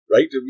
Right